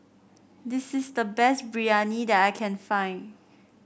this is the best Biryani that I can find